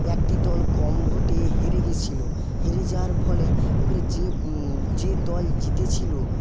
একটি দল কম ভোটে হেরে গেছিল হেরে যাওয়ার ফলে এবারে যে যে দল জিতেছিল